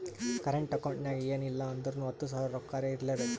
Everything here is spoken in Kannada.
ಕರೆಂಟ್ ಅಕೌಂಟ್ ನಾಗ್ ಎನ್ ಇಲ್ಲ ಅಂದುರ್ನು ಹತ್ತು ಸಾವಿರ ರೊಕ್ಕಾರೆ ಇರ್ಲೆಬೇಕು